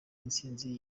intsinzi